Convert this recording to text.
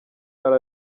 ari